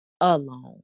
alone